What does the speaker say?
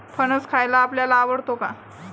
फणस खायला आपल्याला आवडतो का?